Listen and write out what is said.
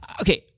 okay